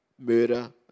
murder